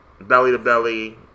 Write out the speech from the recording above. belly-to-belly